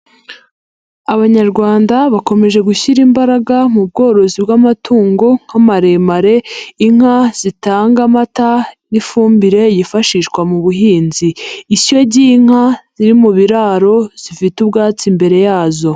Abanyarwanda bakomeje gushyira imbaraga mu bworozi bw'amatungo nk'amaremare, inka zitanga amata n'ifumbire yifashishwa mu buhinzi, ishyo ry'inka ziri mu biraro zifite ubwatsi imbere yazo.